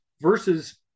versus